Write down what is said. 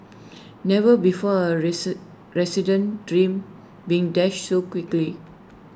never before A resid resident's dream been dashed so quickly